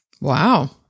Wow